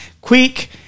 quick